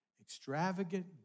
extravagant